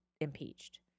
impeached